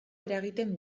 eragiten